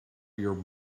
your